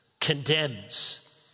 condemns